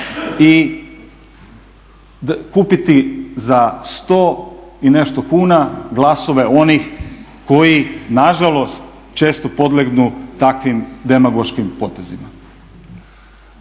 i kupiti za 100 i nešto kuna glasove onih koji nažalost često podlegnu takvim demagoškim potezima.